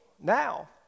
now